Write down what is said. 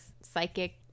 psychic